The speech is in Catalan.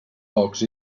pocs